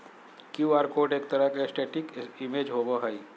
Q R code एक तरह के स्टेटिक इमेज होबो हइ